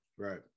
Right